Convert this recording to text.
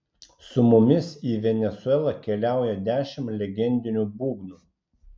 su mumis į venesuelą keliauja dešimt legendinių būgnų